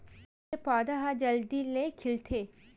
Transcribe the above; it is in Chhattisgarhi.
कोन से पौधा ह जल्दी से खिलथे?